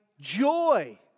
joy